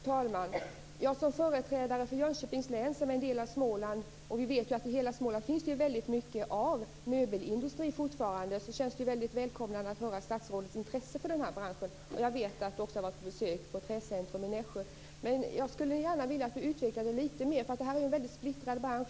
Fru talman! Jag företräder Jönköpings län, vilket är en del av Småland. Vi vet att det fortfarande i hela Småland finns mycket av möbelindustri. Det känns därför välkomnande att höra statsrådets intresse för branschen. Jag vet också att han har varit på besök på Jag vill gärna utveckla frågan lite mer. Branschen är splittrad.